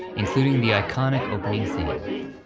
including the iconic opening so like theme.